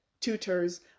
tutors